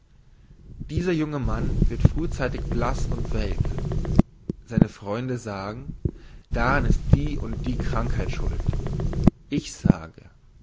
dieser junge mann wird frühzeitig blass und welk seine freunde sagen daran ist die und die krankheit schuld ich sage